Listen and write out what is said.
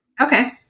Okay